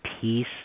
peace